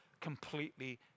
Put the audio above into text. completely